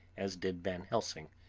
as did van helsing,